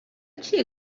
چیه